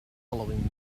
following